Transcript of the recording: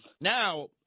Now